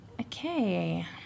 Okay